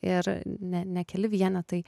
ir ne ne keli vienetai